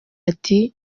ati